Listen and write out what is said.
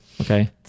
okay